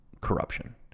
corruption